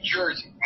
Jersey